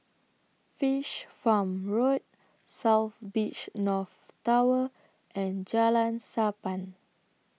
Fish Farm Road South Beach North Tower and Jalan Sappan